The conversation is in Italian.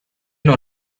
non